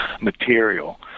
material